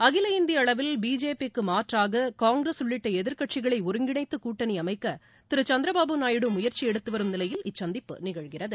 அகில இந்திய அளவில் பிஜேபி க்கு மாற்றாக காங்கிரஸ் உள்ளிட்ட எதிர்க்கட்சிகளை ஒருங்கிணைத்து கூட்டணி அமைக்க திரு சந்திரபாபு நாயுடு முயற்சி எடுத்துவரும் நிலையில் இச்சந்திப்பு நிகழ்கிறது